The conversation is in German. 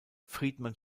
friedman